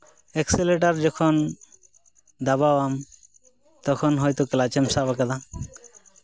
accelerator ᱡᱮᱢᱚᱱ ᱫᱟᱵᱟᱣ ᱟᱢ ᱛᱚᱠᱷᱚᱱ ᱦᱚᱭᱛᱳ ᱠᱞᱟᱪ ᱮᱢ ᱥᱟᱵ ᱠᱟᱫᱟ